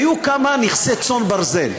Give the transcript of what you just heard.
היו כמה נכסי צאן ברזל.